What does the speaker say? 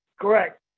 correct